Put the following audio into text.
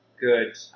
good